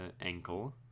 ankle